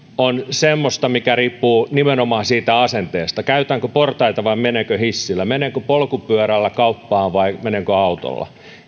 on semmoista mikä riippuu nimenomaan siitä asenteesta käytänkö portaita vai menenkö hissillä menenkö polkupyörällä kauppaan vai menenkö autolla